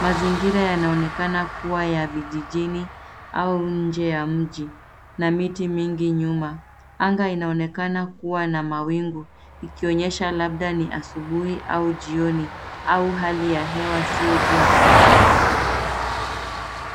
Mazingira yanaonekana kuwa ya vijijini au nje ya mji, na miti mingi nyuma. Anga inaonekana kuwa na mawingu ikionyesha labda ni asubuhi au jioni, au hali ya hewa si jua kali.